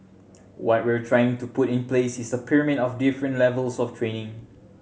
what we're trying to put in place is a pyramid of different levels of training